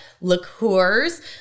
liqueurs